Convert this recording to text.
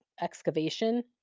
excavation